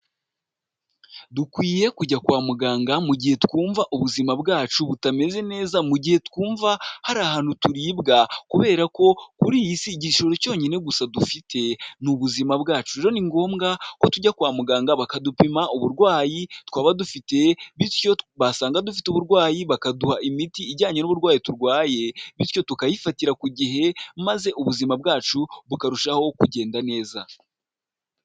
Dukwiye kujya kwa muganga mu gihe twumva ubuzima bwacu butameze neza mu gihe twumva hari ahantu turibwa, kubera ko kuri iyi si igishoro cyonyine gusa dufite ni ubuzima bwacu. Rero ni ngombwa ko tujya kwa muganga bakadupima uburwayi twaba dufite, bityo basanga dufite uburwayi bakaduha imiti ijyanye n'uburwayi turwaye, bityo tukayifatira ku gihe maze ubuzima bwacu bukarushaho kugenda neza.